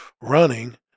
running